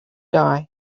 die